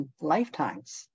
lifetimes